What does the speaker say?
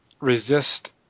resist